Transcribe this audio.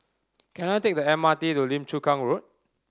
can I take the M R T to Lim Chu Kang Road